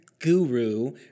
guru